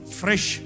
fresh